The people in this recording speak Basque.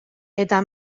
eta